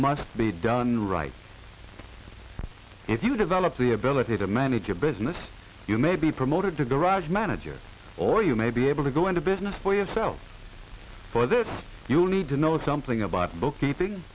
must be done right if you develop the ability to manage your business you may be promoted to garage manager or you may be able to go into business for yourself you need to know something about bookkeeping